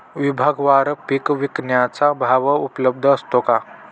विभागवार पीक विकण्याचा भाव उपलब्ध असतो का?